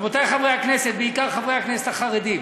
רבותי חברי הכנסת, בעיקר חברי הכנסת החרדים,